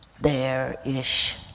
there-ish